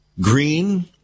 Green